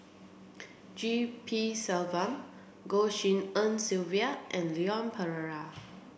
G P Selvam Goh Tshin En Sylvia and Leon Perera